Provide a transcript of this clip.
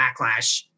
backlash